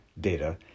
data